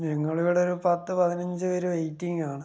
ഞങ്ങളിവിടെ ഒരു പത്ത് പതിനഞ്ച് പേര് വെയിറ്റിംഗ് ആണ്